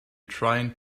try